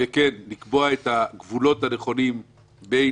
כדי לקבוע את הגבולות הנכונים בין